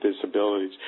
disabilities